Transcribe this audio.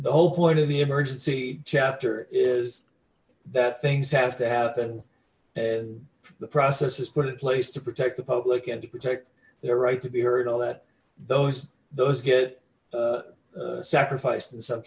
the whole point in the emergency chapter is that things have to happen and the process has put in place to protect the public and to protect their right to be heard all that those those get sacrificed in some